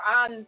on